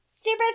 Super